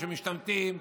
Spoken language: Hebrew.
שמשתמטים,